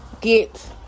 get